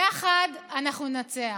יחד אנחנו ננצח.